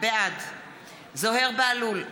בעד זוהיר בהלול,